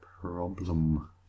problem